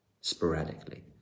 sporadically